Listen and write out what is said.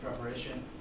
preparation